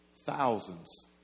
Thousands